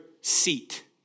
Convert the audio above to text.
seat